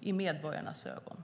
i medborgarnas ögon.